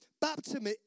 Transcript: Baptism